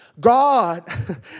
God